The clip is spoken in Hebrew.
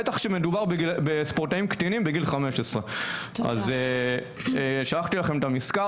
בטח כשמדובר בספורטאים קטינים בגיל 15. שלחתי לכם את המזכר